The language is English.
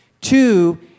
Two